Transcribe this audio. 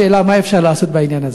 השאלה, מה אפשר לעשות בעניין הזה?